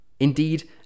Indeed